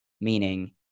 meaning